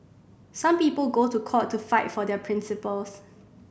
some people go to court to fight for their principles